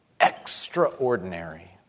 extraordinary